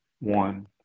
one